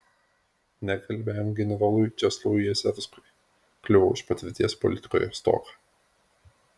nekalbiajam generolui česlovui jezerskui kliuvo už patirties politikoje stoką